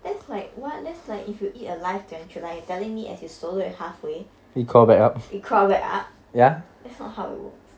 that's like what that's like if you eat a live tarantula you are telling me as you swallow it halfway it crawl back up that's not how it works